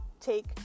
take